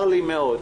צר לי מאוד,